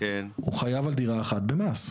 הוא חייב על דירה אחת במס.